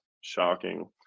Shocking